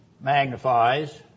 magnifies